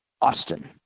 Austin